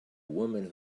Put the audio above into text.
woman